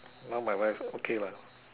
now my wife okay lah